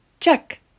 Check